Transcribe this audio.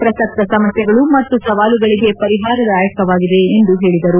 ಪ್ರಸಕ್ತ ಸಮಸ್ಲೆಗಳು ಮತ್ತು ಸವಾಲುಗಳಿಗೆ ಪರಿಹಾರದಾಯಕವಾಗಿವೆ ಎಂದು ಅವರು ಹೇಳಿದರು